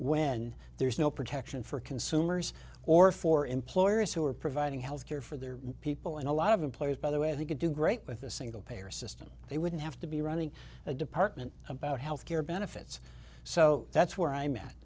when there's no protection for consumers or for employers who are providing health care for their people and a lot of employers by the way they could do great with a single payer system they wouldn't have to be running a department about health care benefits so that's where i'm at